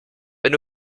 wenn